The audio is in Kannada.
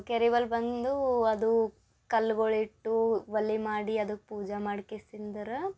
ಕೆರೆವಲ್ಲಿ ಬಂದು ಅದು ಕಲ್ಲುಗಳು ಇಟ್ಟು ಒಲೆ ಮಾಡಿ ಅದಕ್ಕೆ ಪೂಜೆ ಮಾಡಿ